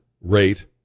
rate